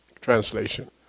translation